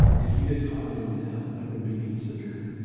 if you get caught doing that, that would be considered,